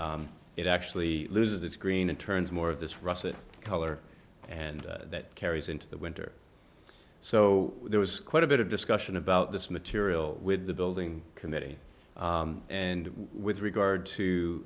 when it actually loses its green and turns more of this russet color and that carries into the winter so there was quite a bit of discussion about this material with the building committee and with regard to